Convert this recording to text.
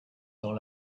dans